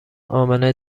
امنه